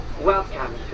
Welcome